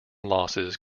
losses